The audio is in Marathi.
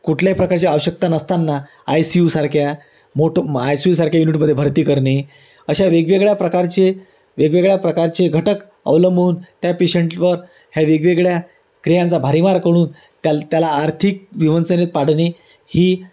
कुठल्याही प्रकारची आवश्यकता नसताना आय सी यूसारख्या मोठ आय सी यूसारख्या युनिटमध्ये भरती करणे अशा वेगवेगळ्या प्रकारचे वेगवेगळ्या प्रकारचे घटक अवलंबून त्या पेशंटवर ह्या वेगवेगळ्या क्रियांचा भडीमार करून त्याला त्याला आर्थिक विवंचनेत पाडणे ही